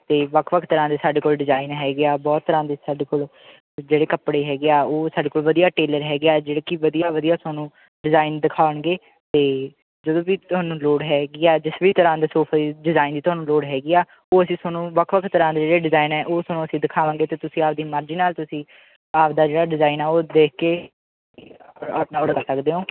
ਅਤੇ ਵੱਖ ਵੱਖ ਤਰ੍ਹਾਂ ਦੇ ਸਾਡੇ ਕੋਲ ਡਿਜ਼ਾਇਨ ਹੈਗੇ ਆ ਬਹੁਤ ਤਰ੍ਹਾਂ ਦੇ ਸਾਡੇ ਕੋਲ ਜਿਹੜੇ ਕੱਪੜੇ ਹੈਗੇ ਆ ਉਹ ਸਾਡੇ ਕੋਲ ਵਧੀਆ ਟੇਲਰ ਹੈਗੇ ਆ ਜਿਹੜੇ ਕਿ ਵਧੀਆ ਵਧੀਆ ਤੁਹਾਨੂੰ ਡਿਜ਼ਇਨ ਦਿਖਾਉਣਗੇ ਅਤੇ ਜਦੋਂ ਵੀ ਤੁਹਾਨੂੰ ਲੋੜ ਹੈਗੀ ਆ ਜਿਸ ਵੀ ਤਰ੍ਹਾਂ ਦੇ ਸੋਫੇ ਡਿਜ਼ਾਇਨ ਦੀ ਤੁਹਾਨੂੰ ਲੋੜ ਹੈਗੀ ਆ ਉਹ ਅਸੀਂ ਤੁਹਾਨੂੰ ਵੱਖ ਵੱਖ ਤਰ੍ਹਾਂ ਦੇ ਜਿਹੜੇ ਡਿਜ਼ਾਇਨ ਹੈ ਉਹ ਤੁਹਾਨੂੰ ਅਸੀਂ ਦਿਖਾਵਾਂਗੇ ਅਤੇ ਤੁਸੀਂ ਆਪਣੀ ਮਰਜ਼ੀ ਨਾਲ ਤੁਸੀਂ ਆਪਣਾ ਜਿਹੜਾ ਡਿਜ਼ਾਇਨ ਆ ਉਹ ਦੇਖ ਕੇ ਆਪਣਾ ਔਡਰ ਕਰ ਸਕਦੇ ਹੋ